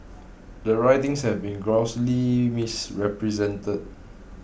the writings have been grossly misrepresented